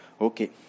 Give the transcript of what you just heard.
Okay